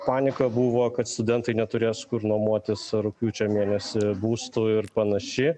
panika buvo kad studentai neturės kur nuomotis rugpjūčio mėnesį būstų ir panaši